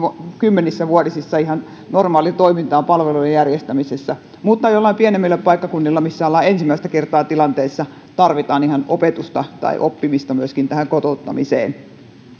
kymmenissä vuosissa ihan normaaliin toimintaan palvelujen järjestämisessä mutta joillain pienemmillä paikkakunnilla missä ollaan ensimmäistä kertaa tilanteissa tarvitaan ihan myöskin opetusta ja oppimista tähän kotouttamiseen